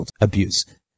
abuse